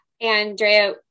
Andrea